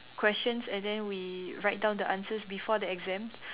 questions and then we write down the answers before the exam